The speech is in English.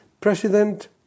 President